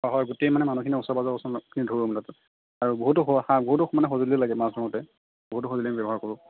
হয় গোটেই মানে মানুহখিনিক ওচৰ পাজৰে লগ খিনি ধৰোঁ আৰু আৰু বহুতো সা বহুতো মানে সজুলি লাগে মাছ ধৰোঁতে বহুতো সজুলি ব্যৱহাৰ কৰোঁ